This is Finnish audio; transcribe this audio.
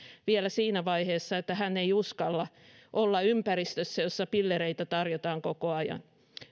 vielä siinä vaiheessa että hän ei uskalla olla ympäristössä jossa pillereitä tarjotaan koko ajan